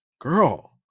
girl